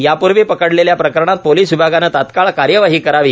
यापूर्वी पकडलेल्या प्रकरणात पोलिस विभागानं तात्काळ कार्यवाही करावी